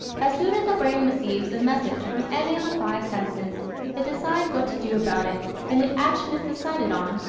as soon as the brain receives a message from any of the five senses it decides what to do about it and if action is decided on,